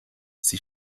sie